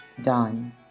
Done